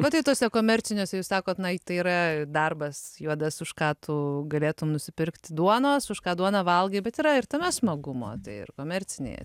bet tai tuose komerciniuose jūs sakot na tai yra darbas juodas už ką tu galėtum nusipirkti duonos už ką duoną valgai bet yra ir tame smagumo ir komercinėje